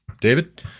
David